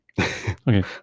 Okay